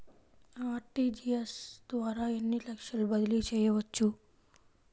RTGS ద్వారా ఎన్ని లక్షలు బదిలీ చేయవచ్చు?